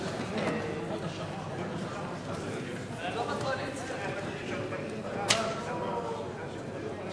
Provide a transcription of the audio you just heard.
איתן כבל לסעיף 10 לא נתקבלה.